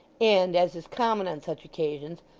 and, as is common on such occasions,